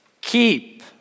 keep